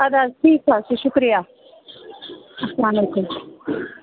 اَدٕ حظ ٹھیٖک حظ چھُ شُکریہ اسلام علیکُم